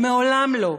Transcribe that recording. מעולם לא.